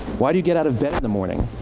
why do you get out of bed in the morning?